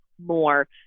more